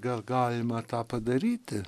gal galima tą padaryti